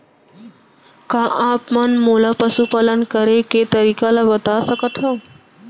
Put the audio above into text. का आप मन मोला पशुपालन करे के तरीका ल बता सकथव?